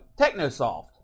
Technosoft